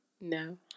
No